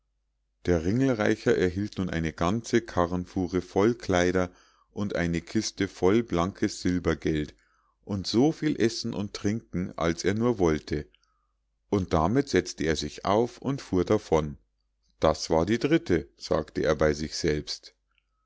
der ringelreicher erhielt nun eine ganze karrenfuhre voll kleider und eine kiste voll blankes silbergeld und so viel essen und trinken als er nur wollte und damit setzte er sich auf und fuhr davon das war die dritte sagte er bei sich selbst